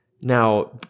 Now